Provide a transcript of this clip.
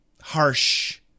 harsh